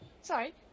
Sorry